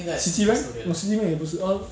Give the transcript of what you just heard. city bank oh city bank 也不是 err